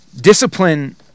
Discipline